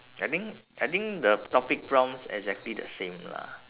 I think I think the topic prompts exactly the same lah